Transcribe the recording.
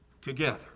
together